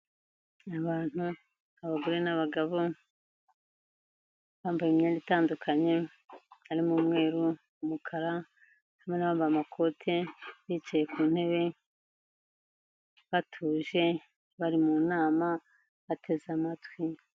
Abantu abagore n'abagabo bambaye imyenda itandukanye harimo umweru, umukara, harimo n'abambaye amakoti, bicaye ku ntebe, batuje, bari mu nama, bateze amatwi.